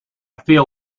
feel